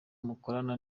mukorana